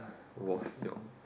was your